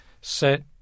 set